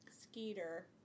Skeeter